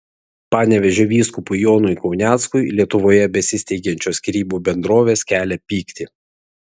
panevėžio vyskupui jonui kauneckui lietuvoje besisteigiančios skyrybų bendrovės kelia pyktį